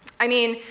i mean,